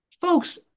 folks